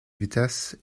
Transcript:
vitesse